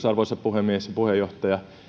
arvoisa puhemies ja puheenjohtaja